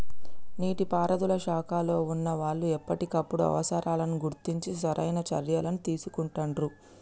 నీటి పారుదల శాఖలో వున్నా వాళ్లు ఎప్పటికప్పుడు అవసరాలను గుర్తించి సరైన చర్యలని తీసుకుంటాండ్రు